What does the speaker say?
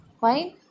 fine